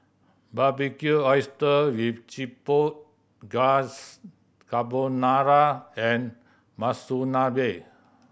Barbecue Oyster with Chipotle Glaze Carbonara and Monsunabe